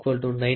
S